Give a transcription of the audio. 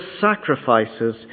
sacrifices